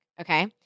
Okay